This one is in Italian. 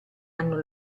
hanno